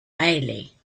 bailey